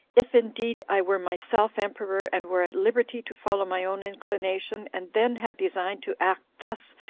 if indeed i were myself emperor, and were at liberty to follow my own inclination, and then had designed to act thus,